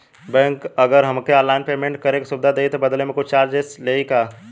Bank अगर हमके online payment करे के सुविधा देही त बदले में कुछ चार्जेस लेही का?